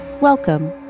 Welcome